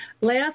last